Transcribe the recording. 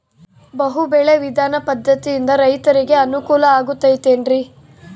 ಬಹು ಬೆಳೆ ವಿಧಾನ ಪದ್ಧತಿಯಿಂದ ರೈತರಿಗೆ ಅನುಕೂಲ ಆಗತೈತೇನ್ರಿ?